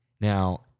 Now